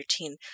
routine